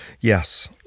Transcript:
Yes